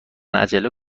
عجله